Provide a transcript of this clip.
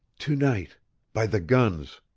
to-night by the guns.